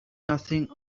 nothing